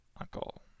uncle